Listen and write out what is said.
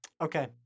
Okay